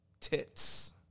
tits